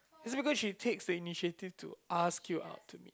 is it because she takes the initiative to ask you out to meet